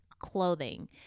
clothing